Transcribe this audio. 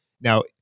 Now